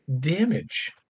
damage